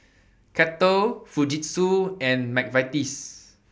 Kettle Fujitsu and Mcvitie's